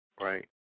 right